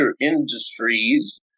industries